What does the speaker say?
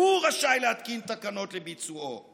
והוא רשאי להתקין תקנות לביצועו.